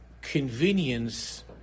convenience